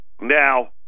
Now